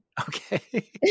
Okay